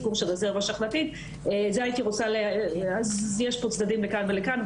של הרזרבה שחלתית אז יש פה צדדים לכאן ולכאן.